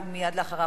ומייד לאחריו,